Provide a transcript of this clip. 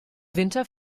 winter